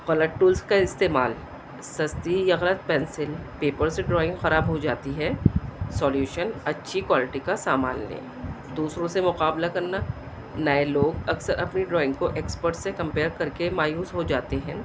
colour tools کا استعمال سستی پینسل پیپر سے ڈرائنگ خراب ہو جاتی ہے سالیوشن اچھی کوالٹی کا سامان لیں دوسروں سے مقابلہ کرنا نئے لوگ اکثر اپنی ڈرائنگ کو ایکسپرٹ سے کمپیئر کر کے مایوس ہو جاتے ہیں